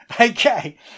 Okay